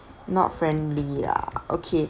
not friendly ya okay